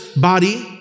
body